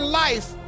life